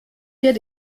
wird